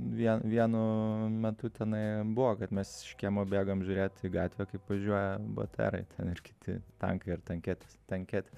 vien vienu metu tenai buvo kad mes iš kiemo bėgom žiūrėt į gatvę kaip važiuoja bt erai ten ir kiti tankai ar tanketės tanketės